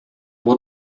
what